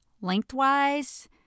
lengthwise